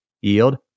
yield